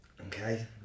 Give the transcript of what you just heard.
Okay